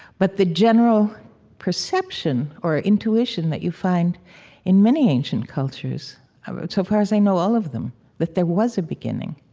but the general perception or intuition that you find in many ancient cultures um ah so far as i know, all of them that there was a beginning.